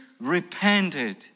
repented